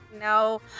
no